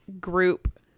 group